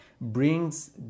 brings